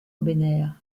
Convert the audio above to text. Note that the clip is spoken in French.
binaire